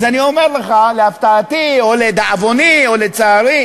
אז אני אומר לך, להפתעתי או לדאבוני או לצערי,